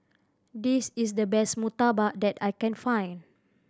this is the best murtabak that I can find